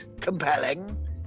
compelling